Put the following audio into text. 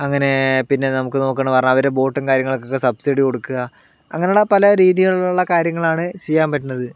അങ്ങനെ പിന്നെ നമുക്ക് നോക്കുവാണെന്ന് പറഞ്ഞാൽ അവരെ ബോട്ടും കാര്യങ്ങൾക്കും ഒക്കെ സബ്സിഡി കൊടുക്കുക അങ്ങിനെ ഉള്ള പല രീതികളിലുള്ള കാര്യങ്ങളാണ് ചെയ്യാൻ പറ്റുന്നത് ആ അങ്ങനത്തെ കാര്യങ്ങളൊക്കെ ആണ് ചെയ്യാൻ പറ്റുന്നത്